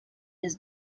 his